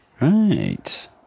Right